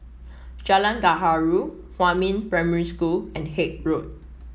Jalan Gaharu Huamin Primary School and Haig Road